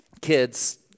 kids